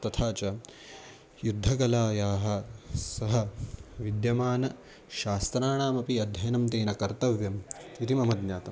तथा च युद्धकलायाः सः विद्यमानशास्त्राणामपि अध्ययनं तेन कर्तव्यम् इति मम ज्ञातम्